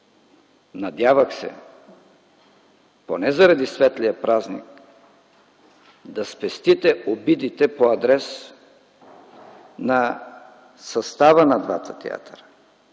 Надявах се поне заради светлия празник да спестите обидите по адрес на състава на двата театъра,